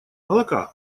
молока